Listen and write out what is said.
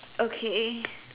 okay